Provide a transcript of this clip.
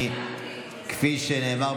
כפי שנאמר,